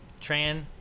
Tran